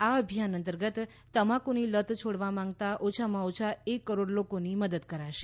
આ અભિયાન અંતર્ગત તમાકુની લત છોડવા માંગતા ઓછામાં ઓછા એક કરોડ લોકોની મદદ કરાશે